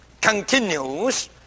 continues